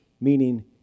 meaning